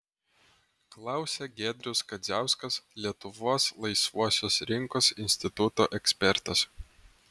klausia giedrius kadziauskas lietuvos laisvosios rinkos instituto ekspertas